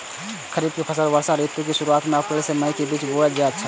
खरीफ के फसल वर्षा ऋतु के शुरुआत में अप्रैल से मई के बीच बौअल जायत छला